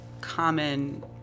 common